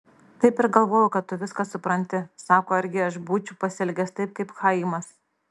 taip ir galvojau kad tu viską supranti sako argi aš būčiau pasielgęs taip kaip chaimas